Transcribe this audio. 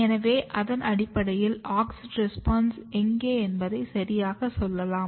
எனவே அதன் அடிப்படையில் ஆக்ஸின் ரெஸ்பான்ஸ் எங்கே என்பதை சரியாகச் சொல்லலாம்